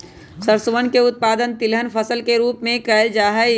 सरसोवन के उत्पादन तिलहन फसल के रूप में कइल जाहई